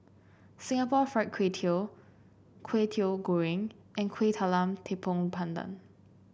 Singapore Fried Kway Tiao Kwetiau Goreng and Kueh Talam Tepong Pandan